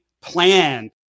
Plan